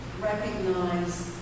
recognize